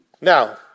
Now